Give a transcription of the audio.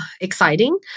exciting